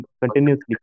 continuously